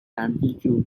amplitude